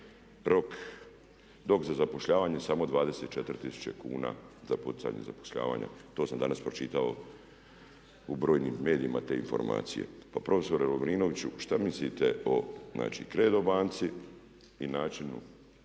roko, dok za zapošljavanje samo 24 tisuće kuna za poticanje zapošljavanja. To sam danas pročitao u brojnim medijima te informacije. Pa profesore Lovrinoviću, šta mislite o znači CERDO banci i načinju